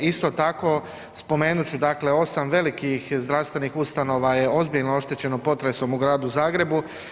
Isto tako spomenut ću osam velikih zdravstvenih ustanova je ozbiljno oštećeno potresom u Gradu Zagrebu.